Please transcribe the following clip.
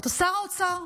אתה שר האוצר.